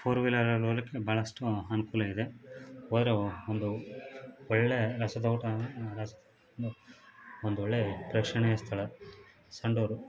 four ವೀಲರಲ್ಲಿ ಹೋಲಿಕ್ಕೆ ಭಾಳಷ್ಟು ಅನುಕೂಲ ಇದೆ ಹೋದ್ರೆವು ಒಂದು ಒಳ್ಳೆ ರಸದೌತಣ ರಸ ಒಂದೊಳ್ಳೆ ಪ್ರೇಕ್ಷಣೀಯ ಸ್ಥಳ ಸಂಡೂರು